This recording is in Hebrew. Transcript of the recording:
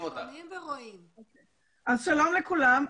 שלום לכולם.